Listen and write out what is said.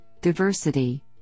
diversity